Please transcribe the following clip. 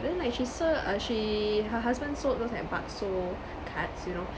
then like she sell err she her husband sold those like bakso cuts you know